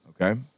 okay